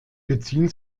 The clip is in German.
beziehen